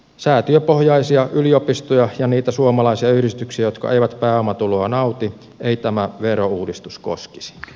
säätiöpohjaisia yliopistoja ja niitä suomalaisia yhdistyksiä jotka eivät pääomatuloa nauti ei tämä verouudistus koskisi